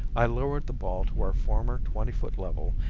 i lowered the ball to our former twenty-foot level,